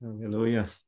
Hallelujah